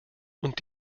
und